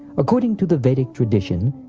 according to the vedic tradition,